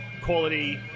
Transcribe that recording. quality